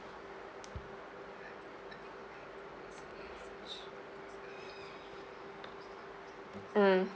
mm